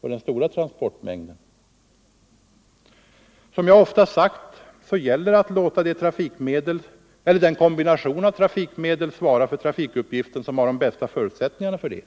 den stora transportmängden. Som jag ofta sagt gäller det att låta den kombination av trafikmedel svara för trafikuppgiften som har de bästa förutsättningarna för det.